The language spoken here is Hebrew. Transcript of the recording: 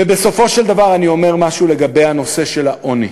ובסופו של דבר, אני אומר משהו לגבי נושא העוני.